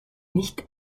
nicht